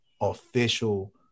official